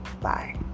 bye